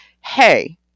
hey